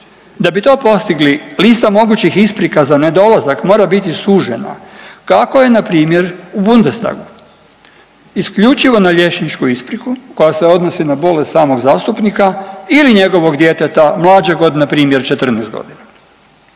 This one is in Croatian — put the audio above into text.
Da bi to postigli lista mogućih isprika za nedolazak mora biti sužena kako ne npr. u Bundestagu. Isključivo na liječniku ispriku koja se odnosi na bolest samog zastupnika ili njegovog djeteta mlađih godina primjer 14 godina.